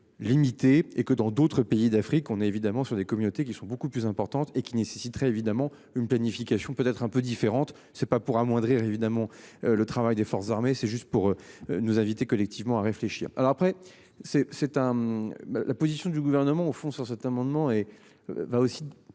limitée et que dans d'autres pays d'Afrique. On est évidemment sur des communautés qui sont beaucoup plus importantes et qui nécessiterait évidemment une planification peut être un peu différente, c'est pas pour amoindrir évidemment le travail des forces armées, c'est juste pour nous inviter collectivement à réfléchir. Alors après c'est c'est un. La position du gouvernement au fond sur cet amendement et. Va aussi